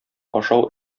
ашау